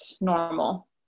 normal